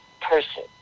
person